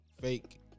Fake